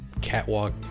catwalk